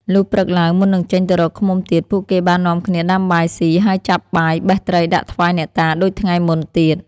លុះព្រឹកឡើង មុននឹងចេញទៅរកឃ្មុំទៀត ពួកគេបាននាំគ្នាដាំបាយស៊ី ហើយចាប់បាយបេះត្រីដាក់ថ្វាយអ្នកតាដូចថ្ងៃមុនទៀត។